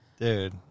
Dude